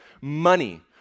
money